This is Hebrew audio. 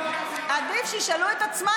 עדיף שישאלו את עצמן,